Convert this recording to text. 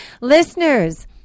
Listeners